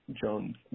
Jones